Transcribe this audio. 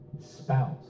spouse